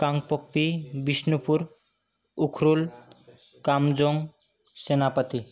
काङ्ग्पोक्पि बिश्णुपुरम् उख्रूल् काम्जो सेनापतिः